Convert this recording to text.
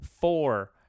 four